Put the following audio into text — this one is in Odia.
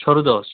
ଛଅରୁ ଦଶ୍